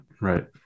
Right